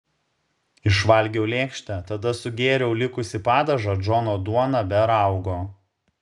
išvalgiau lėkštę tada sugėriau likusį padažą džono duona be raugo